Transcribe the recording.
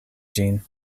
ĝin